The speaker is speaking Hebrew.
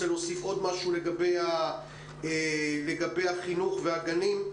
רוצה להוסיף עוד משהו לגבי החינוך והגנים,